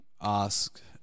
ask